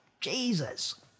Jesus